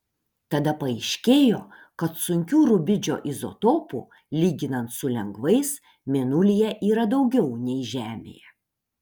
tada paaiškėjo kad sunkių rubidžio izotopų lyginant su lengvais mėnulyje yra daugiau nei žemėje